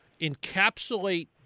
encapsulate